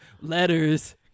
letters